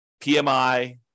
PMI